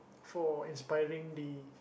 for inspiring the